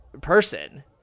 person